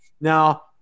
Now